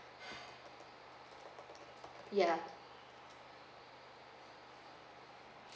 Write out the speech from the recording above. ya